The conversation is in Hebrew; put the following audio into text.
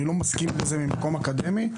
אני לא מסכים עם המקום האקדמי.